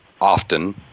often